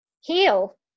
heal